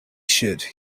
should